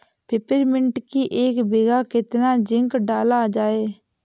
Peppermint की एक बीघा कितना जिंक डाला जाए?